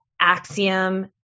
Axiom